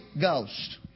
Ghost